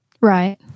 Right